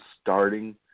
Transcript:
starting